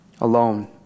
alone